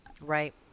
Right